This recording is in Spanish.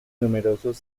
numerosos